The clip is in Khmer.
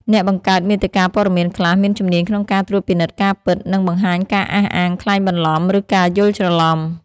អ្នកបង្កើតមាតិកាព័ត៌មានខ្លះមានជំនាញក្នុងការត្រួតពិនិត្យការពិត និងបង្ហាញការអះអាងក្លែងបន្លំ ឬការយល់ច្រឡំ។